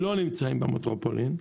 נמצאים במטרופולין?